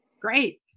Great